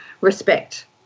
respect